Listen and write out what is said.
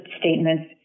statements